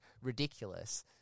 ridiculous